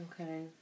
Okay